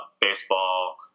baseball